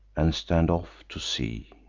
and stand off to sea